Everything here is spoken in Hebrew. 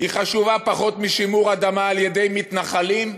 חשוב פחות משימור אדמה על-ידי מתנחלים?